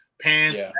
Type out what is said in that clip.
pants